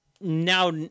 Now